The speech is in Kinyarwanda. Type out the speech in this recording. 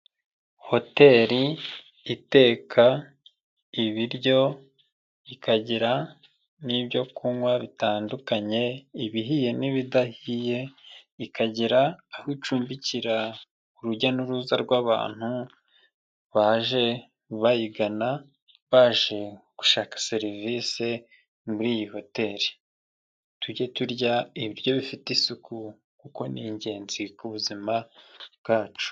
Hoteli iteka ibiryo, ikagira n'ibyo kunywa bitandukanye ibihiye n'ibidahiye, ikagera aho icumbikira urujya n'uruza rw'abantu baje bayigana baje gushaka serivisi muri iyi hoteli, tujye turya ibiryo bifite isuku kuko ni ingenzi ku buzima bwacu.